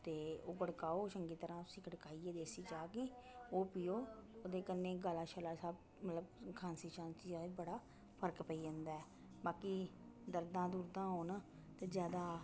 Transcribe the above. ते ओह् गड़काओ चंगी तरह उसी गडकाइयै देसी चाह् गी ओह् पिओ ओह्दे कन्नै मतलब गला छला सब मतलब खांसी छांसी दा बी बड़ा फर्क पेई जंदा ऐ बाकी दरदां दुरदां होन ते ज्यादा